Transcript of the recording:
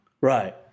right